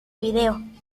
vídeo